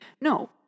No